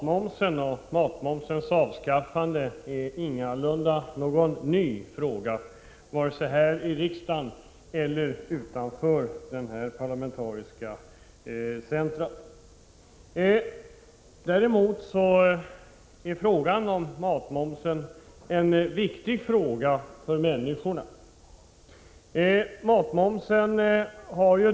mervärdeskattepliktiga varor.